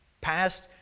past